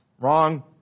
Wrong